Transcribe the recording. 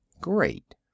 Great